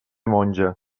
monja